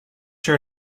your